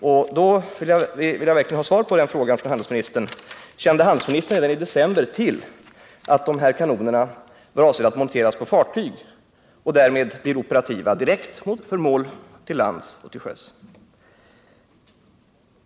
Och då vill jag verkligen ha svar från handelsministern på denna fråga: Kände handelsministern redan i december till att de här kanonerna var avsedda att monteras på fartyg och därmed bli operativa direkt mot mål både till lands och till sjöss?